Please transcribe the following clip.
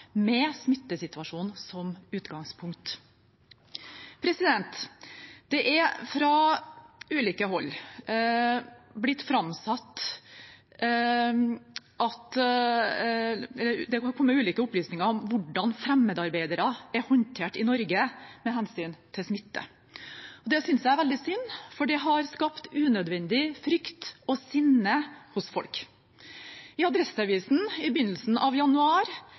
med smittesituasjonen som utgangspunkt. Det er fra ulike hold kommet ulike opplysninger om hvordan fremmedarbeidere er håndtert i Norge med hensyn til smitte. Det synes jeg er veldig synd, for det har skapt unødvendig frykt og sinne hos folk. I Adresseavisen i begynnelsen av januar